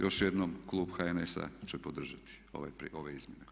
Još jednom klub HNS-a će podržati ove izmjene.